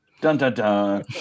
Dun-dun-dun